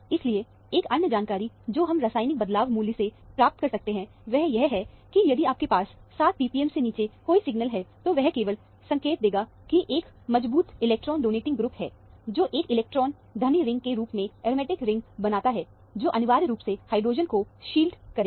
इसलिए एक अन्य जानकारी जो हम रासायनिक बदलाव मूल्य से प्राप्त कर सकते हैं वह यह है कि यदि आपके पास 7 ppm से नीचे कोई सिग्नल है तो यह केवल संकेत देगा कि एक मजबूत इलेक्ट्रॉन डोनेटिंग ग्रुप है जो एक इलेक्ट्रॉन धनी रिंग के रूप में एरोमेटिक रिंग बनाता है जो अनिवार्य रूप से हाइड्रोजन को शील्ड करेगा